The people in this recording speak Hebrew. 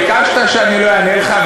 ביקשת שלא אענה לך,